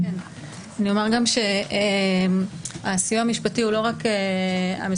אומר גם שהסיוע המשפטי הוא לא רק המשרד